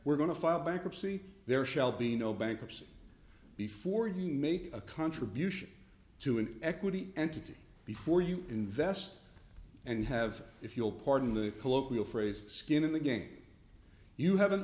we're going to file bankruptcy there shall be no bankruptcy before you make a contribution to an equity entity before you invest and have if you'll pardon the colloquial phrase skin in the game you have an